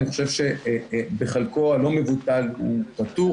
אני חושב שבחלקו הלא מבוטל הוא פתור.